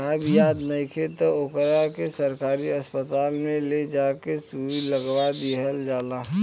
गाय बियात नइखे त ओकरा के सरकारी अस्पताल में ले जा के सुई लगवा दीहल जाला